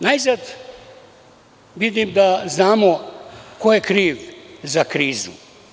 Najzad, vidim da znamo ko je kriv za krizu.